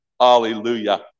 Hallelujah